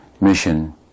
mission